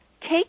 take